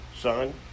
son